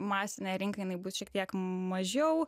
masinei rinkai bus šiek tiek mažiau